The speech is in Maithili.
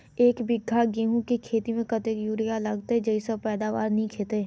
एक बीघा गेंहूँ खेती मे कतेक यूरिया लागतै जयसँ पैदावार नीक हेतइ?